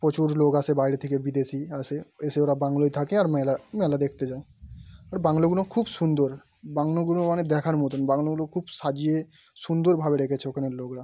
প্রচুর লোক আসে বাইরে থেকে বিদেশি আসে এসে ওরা বাংলোয় থাকে আর মেলা মেলা দেখতে যায় আর বাংলোগুলো খুব সুন্দর বাংলোগুলো মানে দেখার মতন বাংলোগুলো খুব সাজিয়ে সুন্দরভাবে রেখেছে ওখানের লোকেরা